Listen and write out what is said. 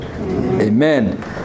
Amen